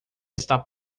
está